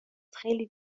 خیلی